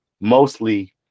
mostly